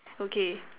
okay